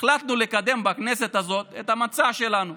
החלטנו לקדם בכנסת הזאת את המצע שלנו,